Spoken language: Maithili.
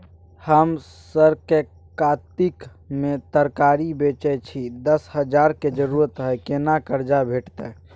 हम सरक कातिक में तरकारी बेचै छी, दस हजार के जरूरत हय केना कर्जा भेटतै?